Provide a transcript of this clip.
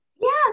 yes